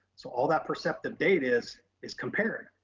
so all that perceptive data is is compared.